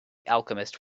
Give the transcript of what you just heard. alchemist